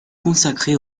consacré